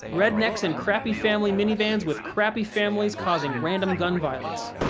rednecks in crappy family minivans with crappy families causing random gun violence.